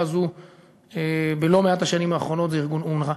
הזו בלא-מעט השנים האחרונות זה ארגון אונר"א,